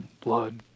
blood